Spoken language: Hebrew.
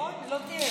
נכון, היא לא תהיה.